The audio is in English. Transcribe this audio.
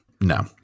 No